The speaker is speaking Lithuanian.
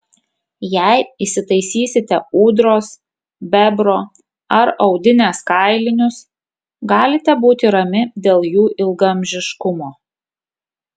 jei įsitaisysite ūdros bebro ar audinės kailinius galite būti rami dėl jų ilgaamžiškumo